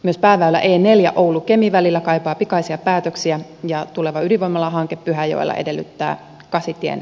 myös pääväylä eneljä oulukemi välillä kaipaa pikaisia päätöksiä ja tuleva ydinvoimalahanke pyhäjoella edellyttää kasitien